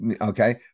Okay